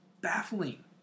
baffling